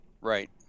Right